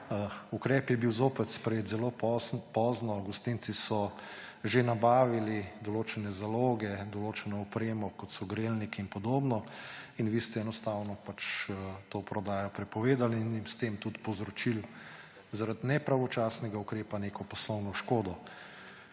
Ukrep je bil zopet sprejet zelo pozno, gostinci so že nabavili določene zaloge, določeno opremo, kot so grelniki in podobno, in vi ste enostavno to prodajo prepovedali in jim s tem povzročili zaradi nepravočasnega ukrepa poslovno škodo.